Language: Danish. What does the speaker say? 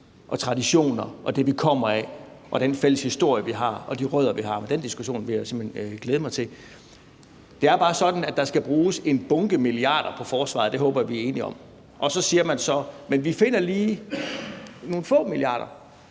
og traditioner og det, vi kommer af, og den fælles historie, vi har, og de rødder, vi har. Men den diskussion vil jeg simpelt hen glæde mig til. Det er bare sådan, at der skal bruges en bunke milliarder på forsvaret. Det håber jeg vi er enige om. Og så siger man så: Vi finder lige nogle få milliarder,